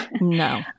No